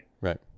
right